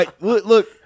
look